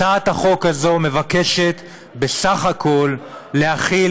הצעת החוק הזאת מבקשת בסך הכול להחיל